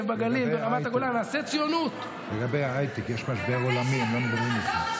הבנו את דברי המיקוד שלך.